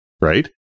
right